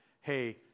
hey